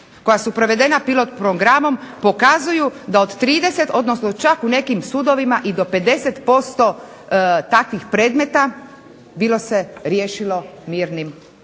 koja su provedena pilot programom pokazuju da od 30, odnosno čak u nekim sudovima i do 50% takvih predmeta bilo se riješilo mirnim